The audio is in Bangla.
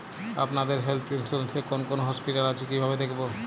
আপনাদের হেল্থ ইন্সুরেন্স এ কোন কোন হসপিটাল আছে কিভাবে দেখবো?